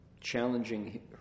challenging